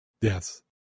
Yes